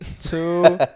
two